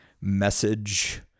message